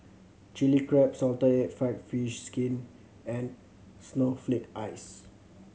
Chilli Crab salted egg fried fish skin and snowflake ice